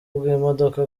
bw’imodoka